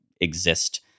exist